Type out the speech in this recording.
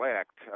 act